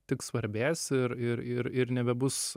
tik svarbės ir ir ir ir nebebus